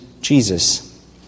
Jesus